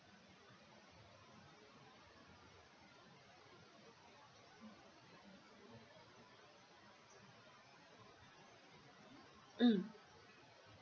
mm